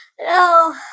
No